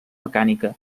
mecànica